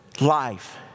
life